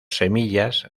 semillas